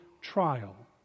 trial